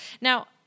Now